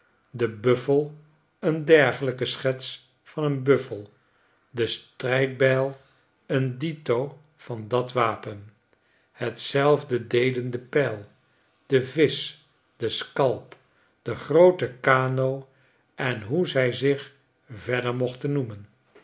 de buffel een dergelijke schets van een buffel de strijdbijl een dito van dat wapen hetzelfde deden de pijl de visch de scalp de groote cano en hoe zij zich verder mochten noemen